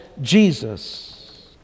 Jesus